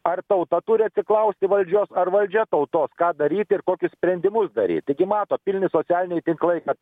ar tauta turi atsiklausti valdžios ar valdžia tautos ką daryt ir kokius sprendimus daryt taigi mato pilni socialiniai tinklai kad